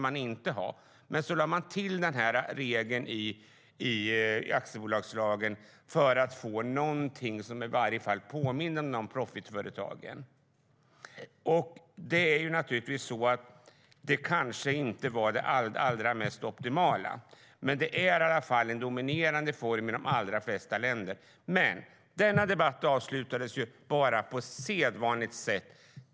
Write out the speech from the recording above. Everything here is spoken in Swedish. Men man lade till en regel i aktiebolagslagen för att få någonting som i varje faller påminner om non profit-företagen. Det kanske inte var det allra mest optimala. Men det är i alla fall en dominerande driftsform i de allra flesta länderna. Denna debatt avslutades på sedvanligt sätt.